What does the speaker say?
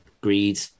greed